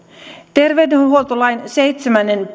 terveydenhuoltolain seitsemännen